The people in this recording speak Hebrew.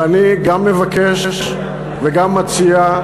ואני גם מבקש וגם מציע,